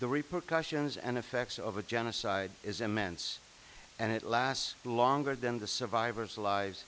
the repercussions and effects of a genocide is immense and it lasts longer than the survivors lives